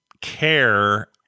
care